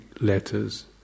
letters